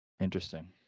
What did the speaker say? Interesting